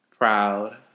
Proud